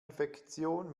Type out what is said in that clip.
infektion